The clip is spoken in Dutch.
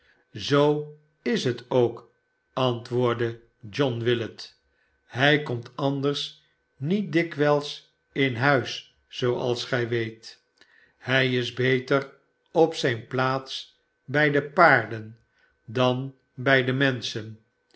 zoo is het ook antwoordde john willet hij komt anders met dikwijls in hms zooals gij weet hij is beter op zijne plaats bij de paarden dan bij de menschen